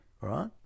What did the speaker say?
Right